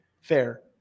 Fair